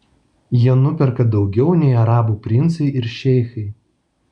jie nuperka daugiau nei arabų princai ir šeichai